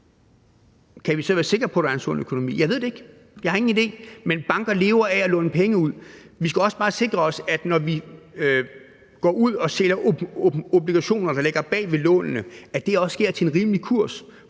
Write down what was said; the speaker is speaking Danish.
kan vi så være sikre på, at der er en sund økonomi? Jeg ved det ikke. Jeg har ingen idé. Men banker lever af at låne penge ud. Vi skal også bare sikre os, når vi går ud og sælger obligationer, der ligger bag ved lånene, at det også sker til en rimelig kurs.